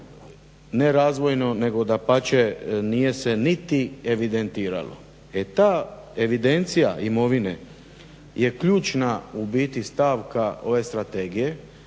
nerazvojno nego dapače nije se niti evidentiralo. E ta evidencija imovine je ključna u biti stavka ove strategije